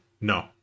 No